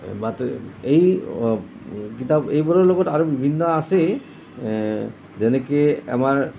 বাতৰি এই কিতাপ এইবোৰৰ লগত আৰু বিভিন্ন আছেই যেনেকৈ আমাৰ